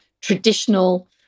traditional